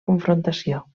confrontació